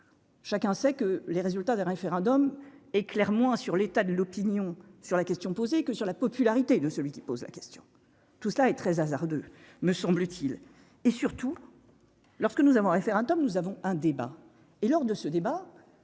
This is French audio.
chacun sait que les résultats des référendums éclaire moins sur l'état de l'opinion sur la question posée que sur la popularité de celui qui pose la question, tout cela est très hasardeux, me semble-t-il et surtout lorsque nous avons référendum, nous avons un débat et lors de ce débat,